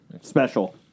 special